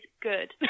good